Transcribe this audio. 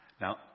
Now